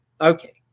Okay